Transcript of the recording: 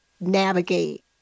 navigate